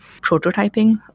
prototyping